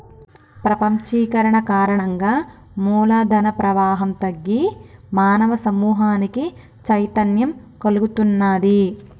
ప్రపంచీకరణ కారణంగా మూల ధన ప్రవాహం తగ్గి మానవ సమూహానికి చైతన్యం కల్గుతున్నాది